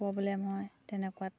problem হয় তেনেকুৱাত